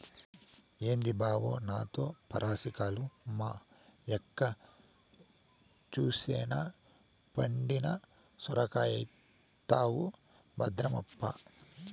ఏంది బావో నాతో పరాసికాలు, మా యక్క సూసెనా పండిన సొరకాయైతవు భద్రమప్పా